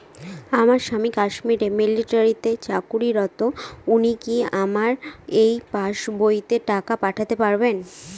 আমার স্বামী কাশ্মীরে মিলিটারিতে চাকুরিরত উনি কি আমার এই পাসবইতে টাকা পাঠাতে পারবেন?